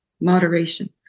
moderation